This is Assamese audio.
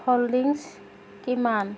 হোল্ডিংছ কিমান